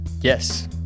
Yes